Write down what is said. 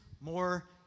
more